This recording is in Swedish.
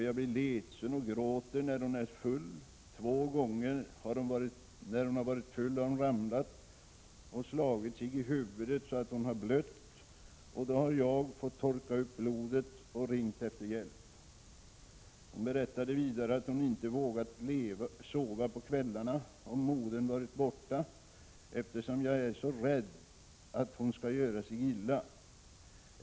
Jag blir ledsen och gråter när mamma är full. Två gånger när hon har varit full har hon ramlat och slagit sig i huvudet, så att hon har blött. Då har jag fått torka upp och ringa efter hjälp, säger flickan. Hon berättar vidare att hon inte vågat sova på kvällarna, om modern varit borta, för ”jag är så rädd att hon skall göra sig illa”.